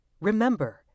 Remember